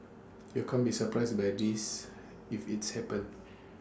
you can't be surprised by this if its happens